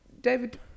David